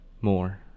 more